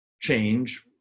change